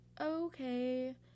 okay